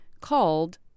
called